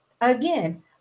again